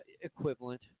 Equivalent